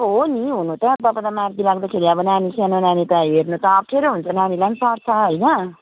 हो नि हुनु त अन्त तपाईँलाई मार्गी लाग्दाखेरि अब नानी सानो नानीलाई हेर्नु त अप्ठ्यारो हुन्छ नानीलाई पनि झन् सर्छ होइन